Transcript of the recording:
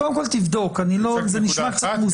תבדוק, זה נשמע קצת מוזר.